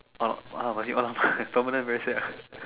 oh uh but he permanent very sad ah